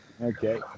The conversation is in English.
Okay